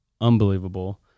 unbelievable